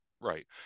Right